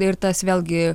ir tas vėlgi